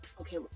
Okay